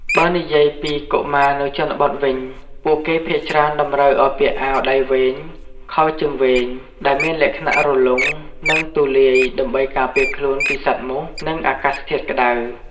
បើនិយាយពីកុមារនៅជនបទវិញ ពួកគេភាគច្រើនតម្រូវឲ្យពាក់អាវដៃវែងខោជើងវែងដែលមានលក្ខណៈរលុងនិងទូលាយដើម្បីការពារខ្លួនពីសត្វមូសនិងអាកាសធាតុក្ដៅ។